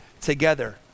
together